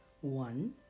One